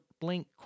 blink